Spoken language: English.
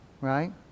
Right